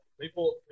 People